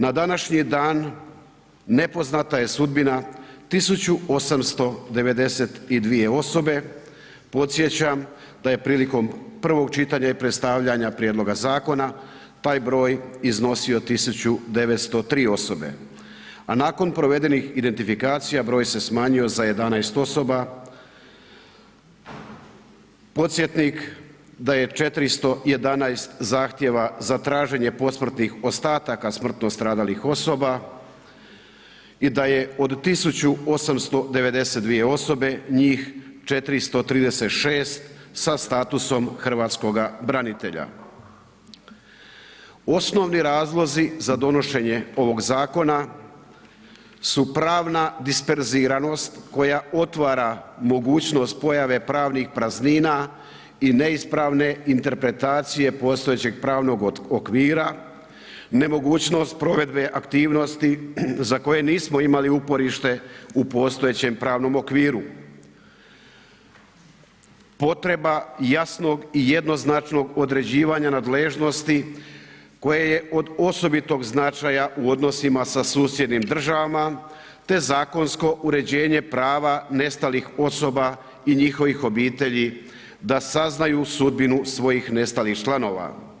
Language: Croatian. Na današnji dan nepoznata je sudbina 1892 osobe, podsjećam da je prilikom prvog čitanja i predstavljanja prijedloga zakona taj broj iznosio 1903 osobe a nakon provedenih identifikacija broj se smanjio za 11 osoba, podsjetnik da je 411 zahtjeva za traženje posmrtnih ostataka smrtno stradalih osoba i da je od 1892 osobe njih 436 sa statusom hrvatskoga branitelja, Osnovni razlozi za donošenje ovog zakona su pravna disperziranost koja otvara mogućnost pojave pravnih praznina i neispravne interpretacije postojećeg pravnog okvira, nemogućnost provedbe aktivnosti za koje nismo imali uporište u postojećem pravnom okviru, potreba jasnog i jednoznačnog određivanja nadležnosti koje je od osobitog značaja u odnosima sa susjednim državama te zakonsko uređenje prava nestalih osoba i njihovih obitelji da saznaju sudbinu svojih nestalih članova.